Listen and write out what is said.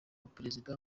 perezida